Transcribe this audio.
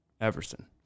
Everson